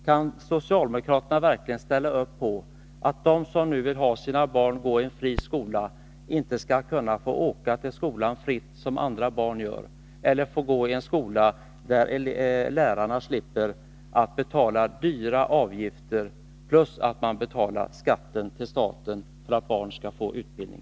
Kan socialdemokraterna verkligen ställa upp för att de barn vilkas föräldrar vill ha sina barn gående i en fri skola inte skall kunna åka till skolan fritt som andra barn gör, eller gå i en skola där föräldrarna slipper betala dyra avgifter plus att man betalar skatt till staten för att barnen skall få utbildning?